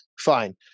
fine